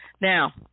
now